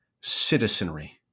citizenry